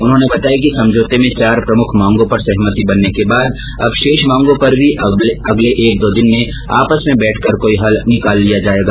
उन्होंने बताया कि समझौते में प्रमुख चार मांगों पर सहमति बनने के बाद अब शेष मांगों पर भी अगले एक दो दिन में आपस में बैठकर कोई हल निकाल लिया जायेगा